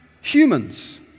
humans